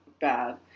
bad